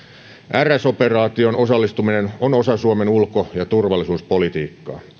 rs operaatioon osallistuminen on osa suomen ulko ja turvallisuuspolitiikkaa